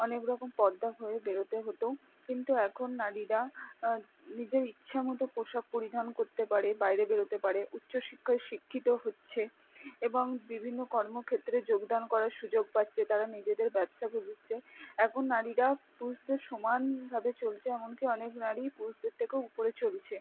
অনেক রকম পর্দা হয়ে বেরোতে হতো কিন্তু এখন নারীরা নিজের ইচ্ছা মতো পোশাক পরিধান করতে পারে বাইরে বেরোতে পারে উচ্চশিক্ষায় শিক্ষিত হচ্ছে এবং বিভিন্ন কর্মক্ষেত্রে যোগদান করার সুযোগ পাচ্ছে তারা নিজেদের ব্যবসা খুলছে এখন নারীরা পুরুষদের সমানভাবে চলছে এমন কি অনেক নারী পুরুষদের থেকেও উপরে চলছে